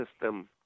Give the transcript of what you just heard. system